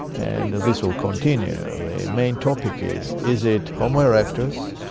and this will continue. the main topic is is it homo erectus,